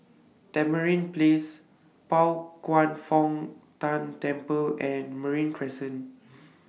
Tamarind Place Pao Kwan Foh Tang Temple and Marine Crescent